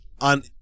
on